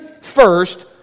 first